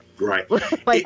Right